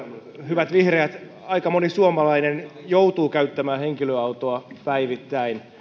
hyvät vihreät aika moni suomalainen joutuu käyttämään henkilöautoa päivittäin